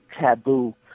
taboo